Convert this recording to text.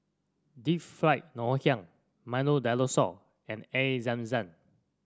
Deep Fried Ngoh Hiang Milo Dinosaur and Air Zam Zam